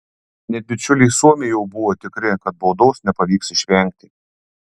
net bičiuliai suomiai jau buvo tikri kad baudos nepavyks išvengti